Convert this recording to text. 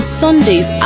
sundays